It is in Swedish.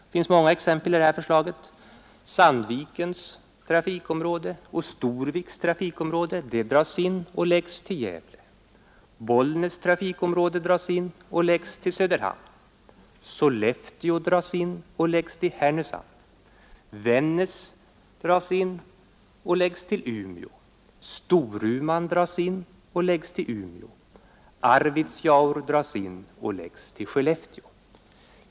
Det finns många exempel i det här förslaget: Sandvikens trafikområde och Storviks trafikområde dras in och läggs till Gävle. Bollnäs trafikområde dras in och läggs till Söderhamn. Sollefteå dras in och läggs till Härnösand, Vännäs dras in och läggs till Umeå, Storuman dras in och läggs också till Umeå, Arvidsjaur dras in och läggs till Skellefteå.